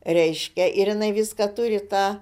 reiškia ir jinai viską turi tą